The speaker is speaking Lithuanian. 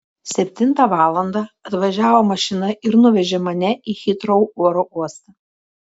septintą valandą atvažiavo mašina ir nuvežė mane į hitrou oro uostą